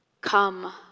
Come